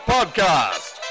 Podcast